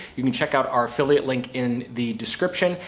you can check out our affiliate link in the description,